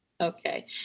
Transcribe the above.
Okay